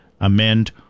amend